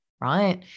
right